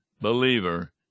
believer